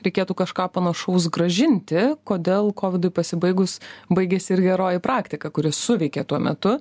reikėtų kažką panašaus grąžinti kodėl kovidui pasibaigus baigėsi ir geroji praktika kuri suveikė tuo metu